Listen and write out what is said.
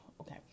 Okay